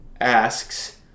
Asks